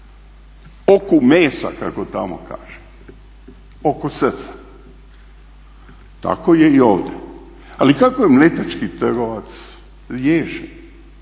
oku mesa kako tamo kaže, oko srca. Tako je i ovdje. Ali kako je Mletački trgovac riješen?